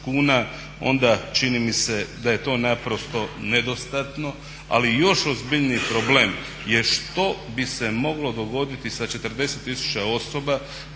kuna onda čini mi se da je to naprosto nedostatno ali još ozbiljniji problem je što bi se moglo dogoditi sa 40 tisuća osoba